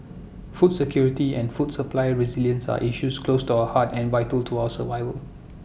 food security and food supply resilience are issues close to our hearts and vital to our survival